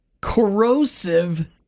corrosive